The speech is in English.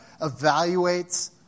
evaluates